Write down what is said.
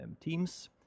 teams